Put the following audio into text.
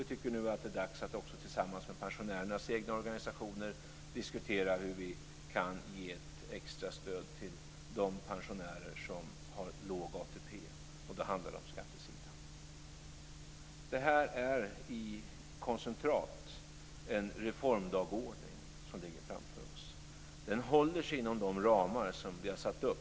Vi tycker nu att det är dags att tillsammans med pensionärernas egna organisationer diskutera hur vi kan ge ett extra stöd till de pensionärer som har låg ATP. Det handlar då om skattesidan. Det här är i koncentrat en reformdagordning som ligger framför oss. Den håller sig inom de ramar vi har satt upp.